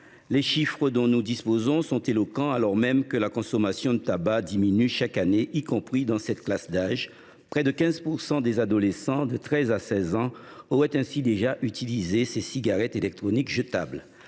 Les chiffres dont nous disposons sont éloquents. Alors même que la consommation de tabac diminue chaque année, y compris dans cette classe d’âge, près de 15 % des adolescents âgés de 13 ans à 16 ans auraient ainsi déjà utilisé ces cigarettes électroniques jetables.